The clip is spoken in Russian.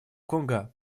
конго